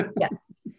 Yes